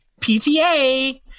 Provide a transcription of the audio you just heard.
PTA